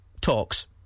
talks